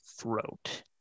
throat